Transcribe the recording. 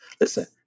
Listen